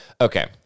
Okay